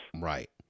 Right